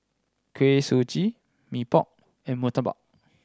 Kuih Suji Mee Pok and murtabak